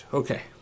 okay